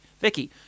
Vicky